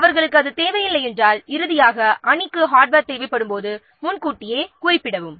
இறுதியாக ப்ராஜெக்ட் டீமுக்கு ஹார்ட்வேர் தேவைப்படும் போது முன்கூட்டியே குறிப்பிட வேண்டும்